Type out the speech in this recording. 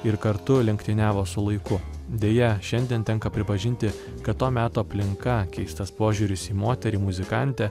ir kartu lenktyniavo su laiku deja šiandien tenka pripažinti kad to meto aplinka keistas požiūris į moterį muzikantę